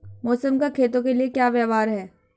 मौसम का खेतों के लिये क्या व्यवहार है?